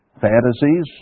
fantasies